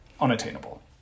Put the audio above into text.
unattainable